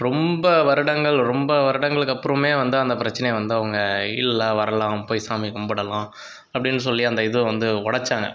ரொம்ப வருடங்கள் ரொம்ப வருடங்களுக்கு அப்புறமே வந்து அந்த பிரச்சினைய வந்து அவங்க இல்லை வரலாம் போய் சாமி கும்பிடலாம் அப்படின் சொல்லி அந்த இதை வந்து உடைத்தாங்க